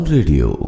Radio